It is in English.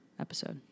episode